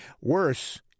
Worse